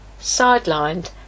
sidelined